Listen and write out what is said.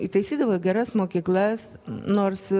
įtaisydavo į geras mokyklas nors